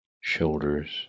shoulders